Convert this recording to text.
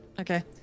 Okay